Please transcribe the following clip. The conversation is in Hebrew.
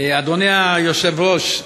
אדוני היושב-ראש,